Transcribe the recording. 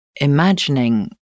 imagining